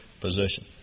position